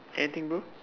anything bro